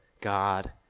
God